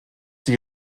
die